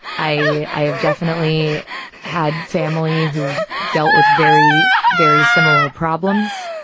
i i have definitely had family who dealt with very, very similar problems.